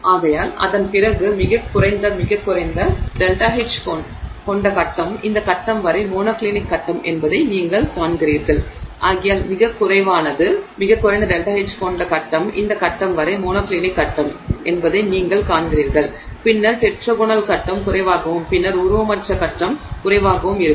ஆகையால் அதன் பிறகு மிகக் குறைந்த மிகக் குறைந்த ΔH கொண்ட கட்டம் இந்த கட்டம் வரை மோனோக்ளினிக் கட்டம் என்பதை நீங்கள் காண்கிறீர்கள் ஆகையால் மிகக் குறைவானது மிகக் குறைந்த ΔH கொண்ட கட்டம் இந்த கட்டம் வரை மோனோக்ளினிக் கட்டம் என்பதை நீங்கள் காண்கிறீர்கள் பின்னர் டெட்ராகோனல் கட்டம் குறைவாகவும் பின்னர் உருவமற்ற கட்டம் குறைவாகவும் இருக்கும்